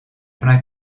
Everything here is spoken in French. plein